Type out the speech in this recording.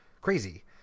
Crazy